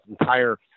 entire